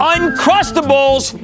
Uncrustables